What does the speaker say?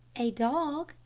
a dog,